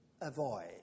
avoid